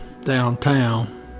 downtown